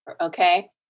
okay